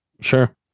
Sure